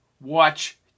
watch